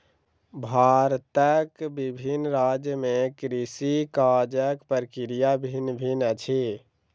भारतक विभिन्न राज्य में कृषि काजक प्रक्रिया भिन्न भिन्न अछि